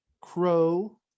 Crow